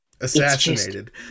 assassinated